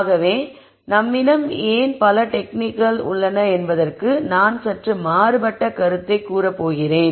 ஆகவே நம்மிடம் ஏன் பல டெக்னிக்கள் உள்ளன என்பதற்கு நான் சற்று மாறுபட்ட கருத்தை கூற போகிறேன்